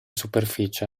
superficie